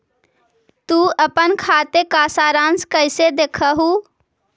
तु अपन खाते का सारांश कैइसे देखअ हू